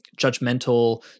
judgmental